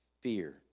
fear